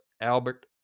Albert